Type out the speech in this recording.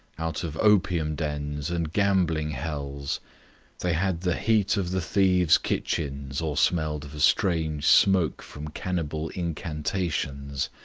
out of opium dens and gambling hells they had the heat of the thieves' kitchens or smelled of a strange smoke from cannibal incantations.